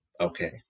okay